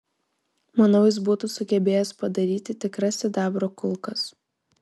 manau jis būtų sugebėjęs padaryti tikras sidabro kulkas